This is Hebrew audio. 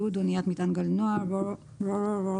אניית מטען גלנוע Cargo ship,